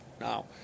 Now